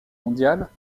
mondiale